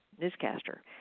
newscaster